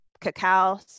cacao